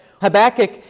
Habakkuk